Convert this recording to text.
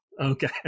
Okay